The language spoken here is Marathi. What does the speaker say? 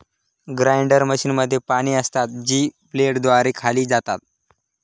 ग्राइंडर मशीनमध्ये पाने असतात, जी ब्लेडद्वारे खाल्ली जातात